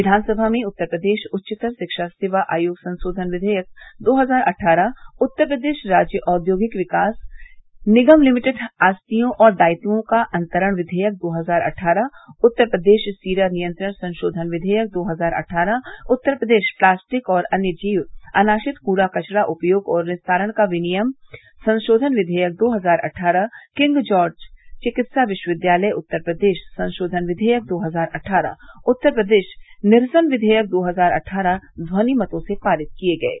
विधानसभा में उत्तर प्रदेश उच्चतर शिक्षा सेवा आयोग संशोधन विधेयक दो हजार अट्ठारह उत्तर प्रदेश राज्य औद्योगिक विकास निगम लिमिटेड आस्तियों एवं दायित्वों का अन्तरण क्षियक दो हजार अट्ठारह उत्तर प्रदेश शीरा नियंत्रण संशोधन क्वियक दो हजार अट्ठारह उत्तर प्रदेश प्लास्टिक और अन्य जीव अनाशित कूड़ा कचरा उपयोग और निस्तारण का विनियमन संशोधन विधेयक दो हजार अट्ठारह किंग जार्ज चिकित्सा विश्वविद्यालय उत्तर प्रदेश संशोधन विधेयक दो हजार अट्ठारह उत्तर प्रदेश निरसन विधेयक दो हजार अट्ठारह ध्वनि मतों से पारित किये गये